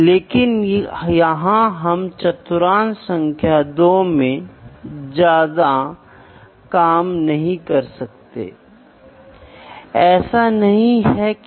इसलिए इसे देखें कि स्पष्ट रूप से परिभाषाएं दो चर के बीच मात्रात्मक तुलना कैसे करती हैं तुलना हमेशा दो या कई के बीच होती है